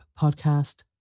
Podcast